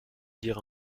dire